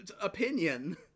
opinion